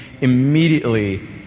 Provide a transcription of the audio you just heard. immediately